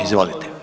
Izvolite.